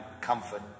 comfort